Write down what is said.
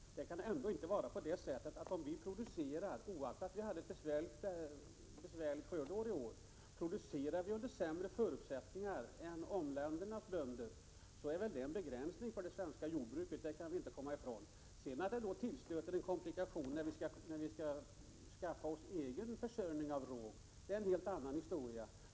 Om de svenska bönderna producerar under sämre förutsättningar — då bortser jag ifrån att vi i år hade ett besvärligt skördeår — än omvärldens bönder, så är det en begränsning för det svenska jordbruket. Det kan vi inte komma ifrån. Om det sedan tillstöter en komplikation, när vi skall skaffa oss en egen försörjning av råg, är det en helt annan historia.